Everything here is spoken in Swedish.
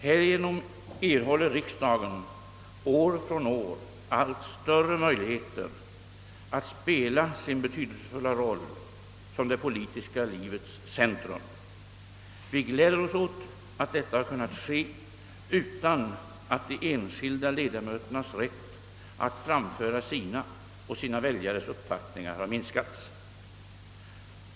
Härigenom erhåller riksdagen år från år allt större möjligheter att spela sin betydelsefulla roll som det politiska livets centrum. Vi gläder oss åt att detta har kunnat ske utan att de enskilda ledamöternas rätt att framföra sina och sina väljares uppfattningar har minskats.